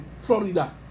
Florida